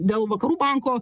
dėl vakarų banko